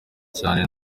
cyane